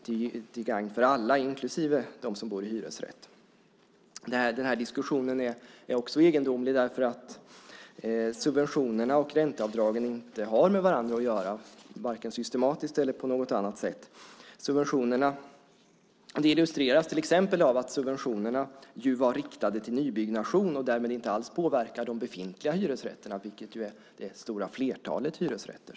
Det är till gagn för alla, inklusive dem som bor i hyresrätt. Diskussionen är också egendomlig eftersom subventionerna och ränteavdragen inte har med varandra att göra, varken systematiskt eller på något annat sätt. Det illustreras till exempel av att subventionerna var riktade till nybyggnation och därmed inte påverkade de befintliga hyresrätterna, vilket ju är det stora flertalet hyresrätter.